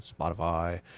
Spotify